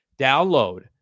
Download